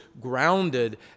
grounded